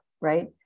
Right